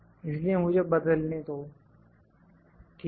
इसलिए मुझे बदलने दो ठीक है